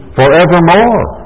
forevermore